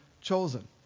chosen